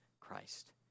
Christ